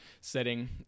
setting